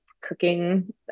cooking